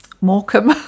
Morecambe